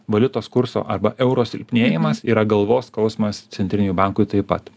valiutos kurso arba euro silpnėjimas yra galvos skausmas centriniui bankui taip pat